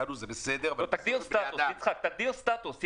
ישראלים --- תגדיר סטטוס.